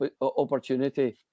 opportunity